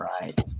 Right